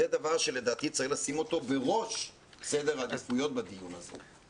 זה דבר שלדעתי צריך לשים אותו בראש סדר העדיפויות בדיון הזה.